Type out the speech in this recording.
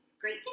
great